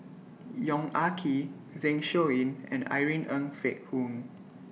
Yong Ah Kee Zeng Shouyin and Irene Ng Phek Hoong